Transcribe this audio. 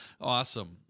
Awesome